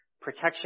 protection